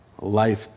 life